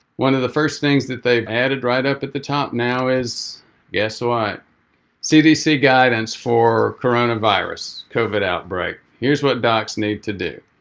one of the first things that they've added right up at the top now is guess what cdc guidance for coronavirus outbreak. outbreak. here's what docs need to do,